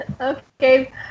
Okay